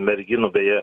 merginų beje